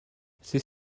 c’est